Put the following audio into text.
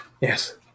yes